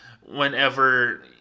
whenever